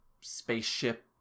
spaceship